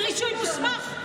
אבל מפקיד רישוי מוסמך.